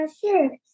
Sure